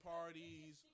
parties